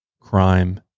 crime